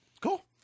Cool